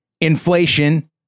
inflation